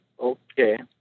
Okay